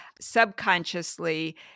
subconsciously